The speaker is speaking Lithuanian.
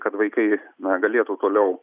kad vaikai na galėtų toliau